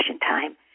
time